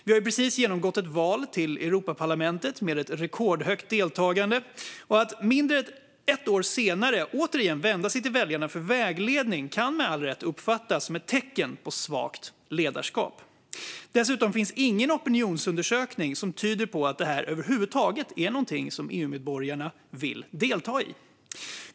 Vi har ju precis genomgått ett val till Europaparlamentet med ett rekordhögt deltagande. Att mindre än ett år senare återigen vända sig till väljarna för vägledning kan med all rätt uppfattas som ett tecken på svagt ledarskap. Dessutom finns det ingen opinionsundersökning som tyder på att det här över huvud taget är någonting som EU-medborgarna vill delta i.